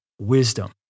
wisdom